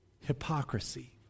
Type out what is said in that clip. hypocrisy